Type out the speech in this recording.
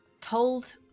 told